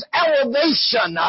elevation